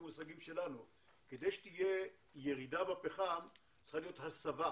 כדי שתהיה ירידה בפחם צריכה להיות הסבה.